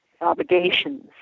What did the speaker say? obligations